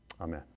amen